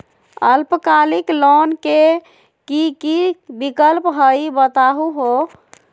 अल्पकालिक लोन के कि कि विक्लप हई बताहु हो?